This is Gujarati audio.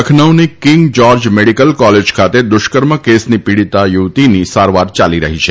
લખનૌની કિંગ જ્યોજ મેડિકલ કોલેજ ખાતે દુષ્કર્મ કેસની પીડિતા યુવતીની સારવાર યાલી રહી છે